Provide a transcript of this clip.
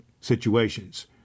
situations